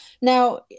now